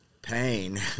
pain